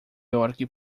york